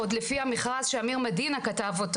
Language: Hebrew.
עוד לפי המכרז שעמיר מדינה כתב,